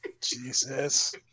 Jesus